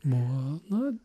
buvo na